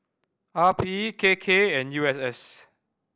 R P K K and U S S